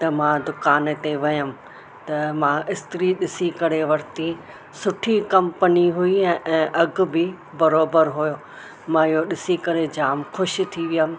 त मां दुकान ते वियमि त मां इस्त्री ॾिसी करे वरती सुठी कंपनी हुई ऐं अघ बि बराबरि हुओ मां इहो ॾिसी करे जाम ख़ुशि थी वियमि